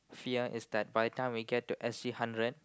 fear is that by the time we get to S_G hundred